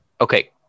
Okay